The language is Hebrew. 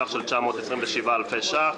בסך של 927 אלפי ש"ח,